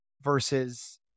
versus